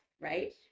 Right